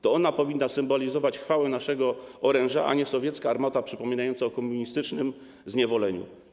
To ona powinna symbolizować chwałę naszego oręża, a nie sowiecka armata przypominająca o komunistycznym zniewoleniu.